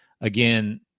again